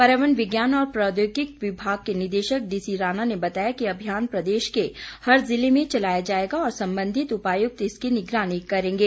पर्यावरण विज्ञान और प्रौद्योगिक विभाग के निदेशक डीसी राणा ने बताया कि अभियान प्रदेश के हर जिले में चलाया जाएगा और संबंधित उपायुक्त इसकी निगरानी करेंगे